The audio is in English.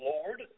Lord